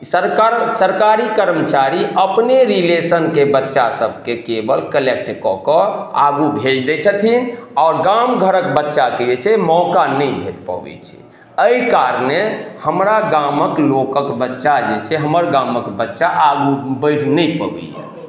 सरकार सरकारी कर्मचारी अपने रिलेशनके बच्चा सबके केवल कलेक्ट कऽ कऽ आगू भेज दै छथिन आओर गाम घरक बच्चाके जे छै मौका नहि भेट पबै छै एहि कारणे हमरा गामक लोकक बच्चा जे छै हमर गामक बच्चा आगू बढ़ि नहि पबैये